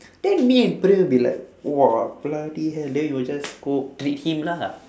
then me and praem will be like !wah! bloody hell then we will just go treat him lah